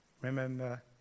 remember